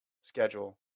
schedule